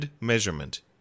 measurement